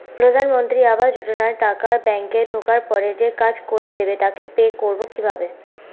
প্রধানমন্ত্রী আবাস যোজনার টাকা ব্যাংকে ঢোকার পরে যে কাজ করে দেবে তাকে পে করব কিভাবে?